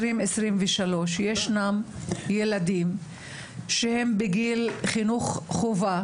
2023, ישנם ילדים שהם בגיל חינוך חובה